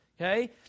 Okay